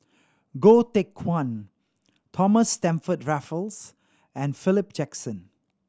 Goh Teck Phuan Thomas Stamford Raffles and Philip Jackson